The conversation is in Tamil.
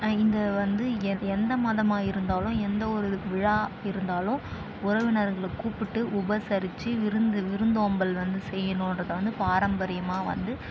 இங்கே வந்து எந்த மதமாக இருந்தாலும் எந்த ஒரு விழா இருந்தாலும் உறவினர்களை கூப்பிட்டு உபசரித்து விருந்து விருந்தோம்பல் வந்து செய்யணுகிறத வந்து பாரம்பரியமாக வந்து